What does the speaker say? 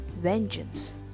vengeance